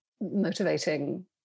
motivating